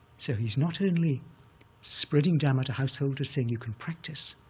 so he's not only spreading dhamma to householders, saying, you can practice,